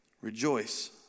Rejoice